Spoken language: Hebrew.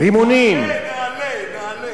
נעלֶה.